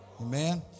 Amen